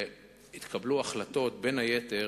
והתקבלו החלטות, בין היתר